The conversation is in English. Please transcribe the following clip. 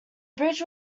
bridge